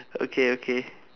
okay okay